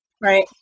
right